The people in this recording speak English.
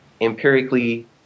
empirically